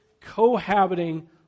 cohabiting